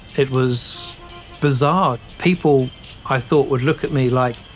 it was bizarre. people i thought would look at me like,